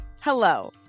Hello